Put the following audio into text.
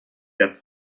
der